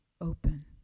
open